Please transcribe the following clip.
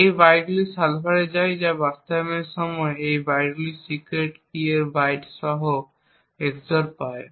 এই বাইটগুলি সাইফারে যায় বা বাস্তবায়নের সময় এই বাইটগুলি সিক্রেট কী এর 16 বাইট সহ XOR পায়